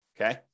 Okay